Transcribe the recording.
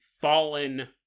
fallen